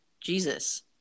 Jesus